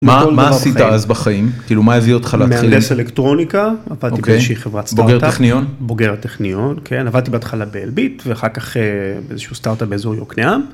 מה עשית אז בחיים? מה הביא אותך להתחיל? מהנדס אלקטרוניקה, עבדתי באוזושהי חברת סטארטאפ, בוגר טכניון, עבדתי בהתחלה באלביט ואחר כך באיזשהו סטארטאפ באזור יוקנעם.